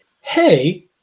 hey